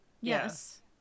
Yes